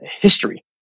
history